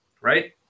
right